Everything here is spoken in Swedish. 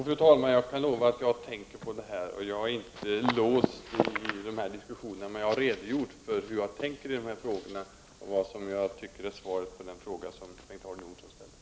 Fru talman! Jag kan lova att jag tänker på dessa frågor. Jag är inte låst i diskussionen. Jag har redogjort för hur jag tänker i dessa frågor, och jag har redogjort för vad jag tycker är svaret på den fråga Bengt Harding Olson ställde.